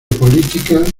políticas